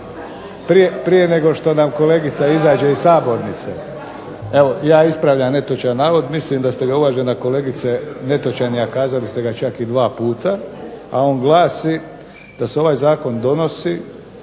Prije nego što nam kolegica izađe iz sabornice. Evo ja ispravljam netočan navod, mislim da ste ga uvažena kolegice, netočan je, a kazali ste ga čak i dva puta. A on glasi da se ovaj zakon donosi